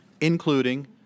including